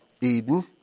Eden